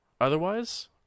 Otherwise